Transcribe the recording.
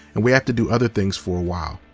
and we have to do other things for a while,